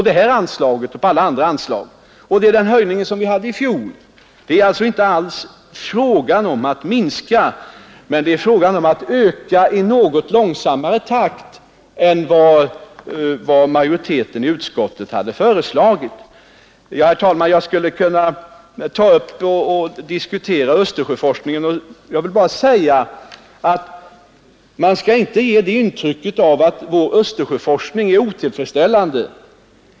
Det gäller detta och övriga anslag, och det är samma höjning som vi hade i fjol. Det är alltså inte fråga om att minska utan om att öka i något långsammare takt än vad majoriteten i utskottet hade föreslagit. Herr talman! Beträffande Östersjöforskningen vill jag bara säga att man inte skall försöka ge intryck av att vår Östersjöforskning är otillfredsställande.